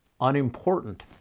unimportant